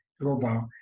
Global